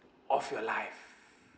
of your life